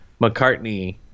McCartney